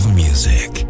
music